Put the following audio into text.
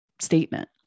statement